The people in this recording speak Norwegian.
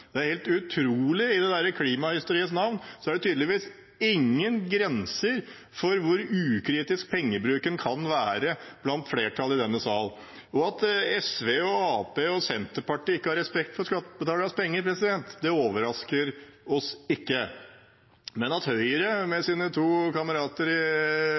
Det er helt utrolig. I klimahysteriets navn er det tydeligvis ingen grenser for hvor ukritisk pengebruken kan være blant flertallet i denne sal. At SV, Arbeiderpartiet og Senterpartiet ikke har respekt for skattebetalernes penger, overrasker oss ikke. Men at Høyre med sine to kamerater i